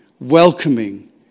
welcoming